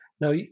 Now